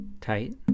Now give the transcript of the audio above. tight